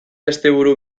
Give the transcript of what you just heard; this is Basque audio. asteburu